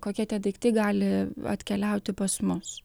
kokie tie daiktai gali atkeliauti pas mus